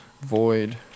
void